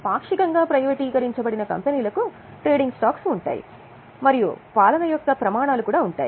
పాక్షికంగా ప్రైవేటీకరించబడిన కంపెనీలకు ట్రేడింగ్ స్టాక్స్ వచ్చాయి మరియు పాలన యొక్క ప్రమాణాలు కూడా ఉన్నాయి